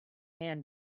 hand